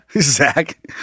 Zach